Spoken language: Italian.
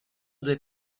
due